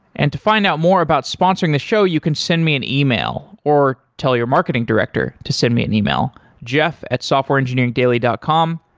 and to find out more about sponsoring the show, you can send me an email or tell your marketing director to send me an email, jeff at softwareengineeringdaily dot com.